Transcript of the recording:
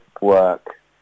work